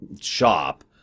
shop